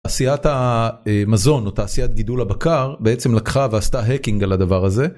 עשיית המזון או תעשיית גידול הבקר בעצם לקחה ועשתה האקינג על הדבר הזה.